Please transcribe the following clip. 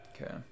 Okay